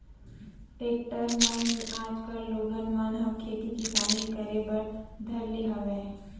tractor म ही आजकल लोगन मन ह खेती किसानी करे बर धर ले हवय